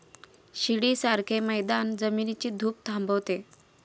शिडीसारखे मैदान जमिनीची धूप थांबवते